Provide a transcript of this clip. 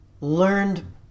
learned